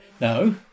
No